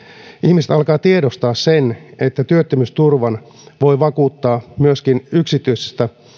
ihmiset alkavat tiedostaa sen että työttömyysturvan voi vakuuttaa myöskin yksityisessä